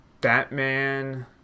batman